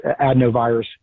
adenovirus